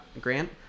grant